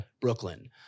Brooklyn